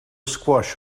squash